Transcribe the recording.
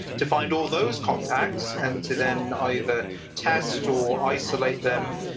to find all those contacts and to then either test or isolate them.